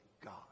God